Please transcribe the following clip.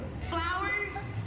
Flowers